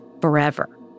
forever